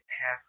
half